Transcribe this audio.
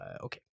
okay